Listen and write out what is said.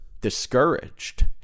discouraged